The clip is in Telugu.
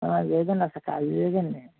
లేదండి అస్సలు ఖాళీ లేదండి